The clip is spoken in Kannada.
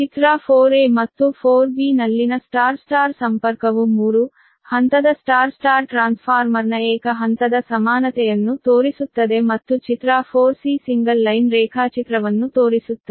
ಚಿತ್ರ 4 ಮತ್ತು 4 ನಲ್ಲಿನ Y Y ಸಂಪರ್ಕವು 3 ಹಂತದ Y Y ಟ್ರಾನ್ಸ್ಫಾರ್ಮರ್ನ ಏಕ ಹಂತದ ಸಮಾನತೆಯನ್ನು ತೋರಿಸುತ್ತದೆ ಮತ್ತು ಚಿತ್ರ 4 ಸಿಂಗಲ್ ಲೈನ್ ರೇಖಾಚಿತ್ರವನ್ನು ತೋರಿಸುತ್ತದೆ